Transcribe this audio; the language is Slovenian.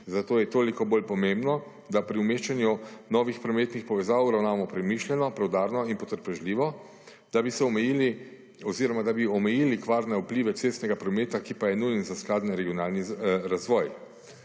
zato je toliko bolj pomembno, da pri umeščanju novih prometnih povezav obravnavo premišljeno preudarno in potrpežljivo, da bi omejili kvarne vplive cestnega prometa, ki pa je nujen za skladni in regionalni razvoj,